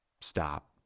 stop